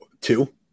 Two